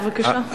בבקשה.